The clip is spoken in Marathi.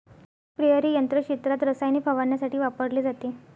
स्प्रेअर हे यंत्र शेतात रसायने फवारण्यासाठी वापरले जाते